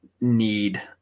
need